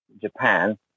Japan